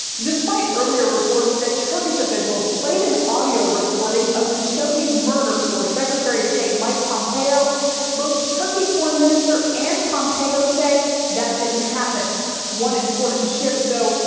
despite earlier reports that turkish officials played an audio recording of can show these murder for secretary of state mike pompeo both turkey's foreign minister and pompeo say that didn't happen one important shift though,